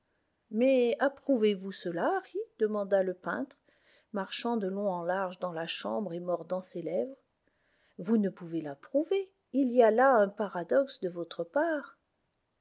mais approuvez vous cela harry demanda le peintre marchant de long en large dans la chambre et mordant ses lèvres vous ne pouvez l'approuver il y a là un paradoxe de votre part